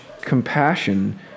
compassion